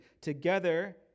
Together